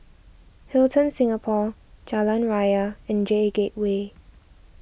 Hilton Singapore Jalan Raya and J Gateway